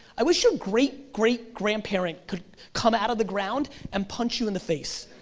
i wish your great-great-grandparent could come out of the ground and punch you in the face.